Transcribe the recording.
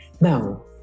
Now